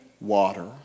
water